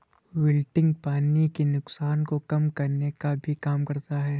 wilting पानी के नुकसान को कम करने का भी काम करता है